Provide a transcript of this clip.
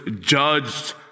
judged